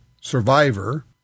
survivor